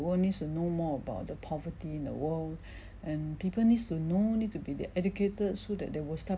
world needs to know more about the poverty in the world and people needs to know need to be educated so that they will start